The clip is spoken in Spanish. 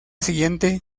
siguiente